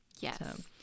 Yes